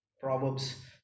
Proverbs